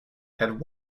had